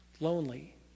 lonely